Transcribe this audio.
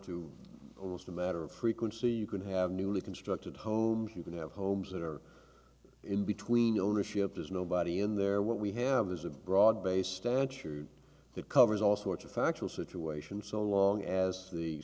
to almost a matter of frequency you could have newly constructed homes you can have homes that are in between ownership there's nobody in there what we have is a broad base stature that covers all sorts of factual situation so long as the